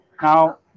Now